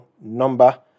number